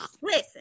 listen